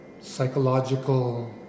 psychological